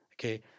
okay